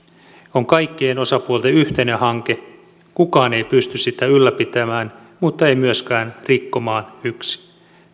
on kaikkien osapuolten yhteinen hanke kukaan ei pysty sitä ylläpitämään mutta ei myöskään rikkomaan yksin